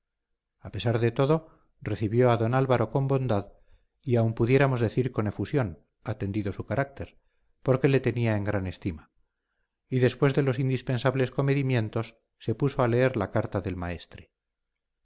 a pesar de todo recibió a don álvaro con bondad y aun pudiéramos decir con efusión atendido su carácter porque le tenía en gran estima y después de los indispensables comedimientos se puso a leer la carta del maestre